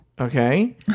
okay